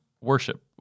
worship